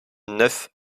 neuf